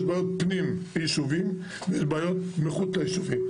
יש בעיות פנים ישובים ויש בעיות מחוץ לישובים.